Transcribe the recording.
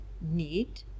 need